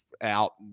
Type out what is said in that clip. out